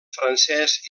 francès